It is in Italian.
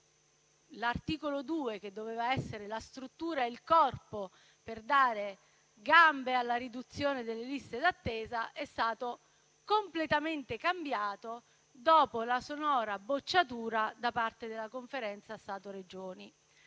l'articolo 2, che doveva essere la struttura e il corpo per dare gambe alla riduzione delle liste d'attesa, è stato completamente cambiato dopo la sonora bocciatura da parte della Conferenza Stato-Regioni.